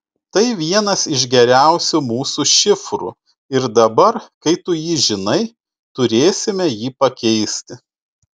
tai vienas iš geriausių mūsų šifrų ir dabar kai tu jį žinai turėsime jį pakeisti